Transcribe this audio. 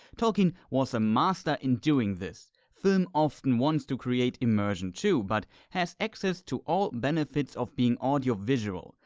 tolkien was a master in doing this. film often wants to create immersion too, but has access to all benefits of being audio-visual.